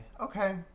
Okay